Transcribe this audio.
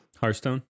Hearthstone